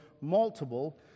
multiple